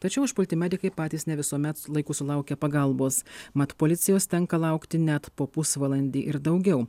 tačiau užpulti medikai patys ne visuomet laiku sulaukia pagalbos mat policijos tenka laukti net po pusvalandį ir daugiau